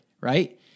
right